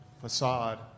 facade